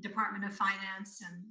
department of finance, and